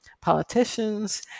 politicians